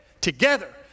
together